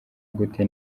gute